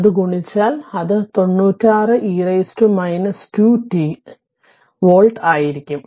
അത് ഗുണിച്ചാൽ അത് 96 e 2 t V ആയിരിക്കും